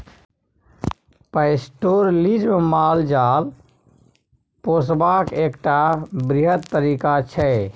pastoralism माल जाल पोसबाक एकटा बृहत तरीका छै